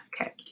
Okay